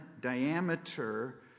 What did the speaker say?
diameter